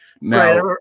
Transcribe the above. Now